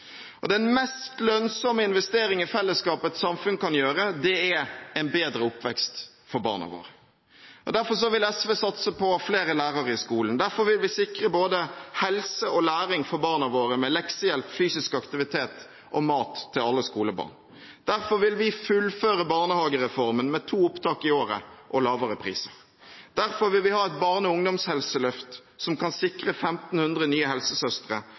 oss. Den mest lønnsomme investering i fellesskapet et samfunn kan gjøre, er en bedre oppvekst for barna våre. Derfor vil SV satse på flere lærere i skolen. Derfor vil vi sikre både helse og læring for barna våre, med leksehjelp, fysisk aktivitet og mat til alle skolebarn. Derfor vil vi fullføre barnehagereformen, med to opptak i året og lavere priser. Derfor vil vi ha et barne- og ungdomshelseløft som kan sikre 1 500 nye helsesøstre,